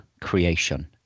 creation